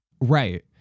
Right